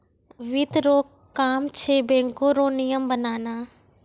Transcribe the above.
वित्त रो काम छै बैको रो नियम बनाना